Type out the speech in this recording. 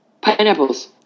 pineapples